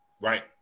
Right